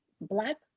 Black